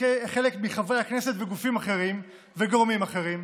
מחברי הכנסת וגופים אחרים וגורמים אחרים,